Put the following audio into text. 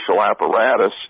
apparatus